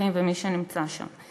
ממחנכים וממי שנמצא שם.